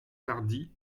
tardy